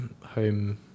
home